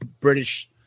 British